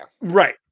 Right